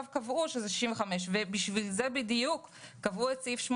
קבעו שזה גיל 65. בשביל זה בדיוק קבעו את פסקה